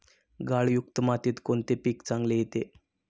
गाळयुक्त मातीत कोणते पीक चांगले येते?